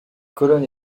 colonnes